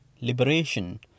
liberation